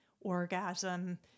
orgasm